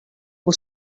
who